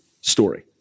story